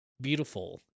beautiful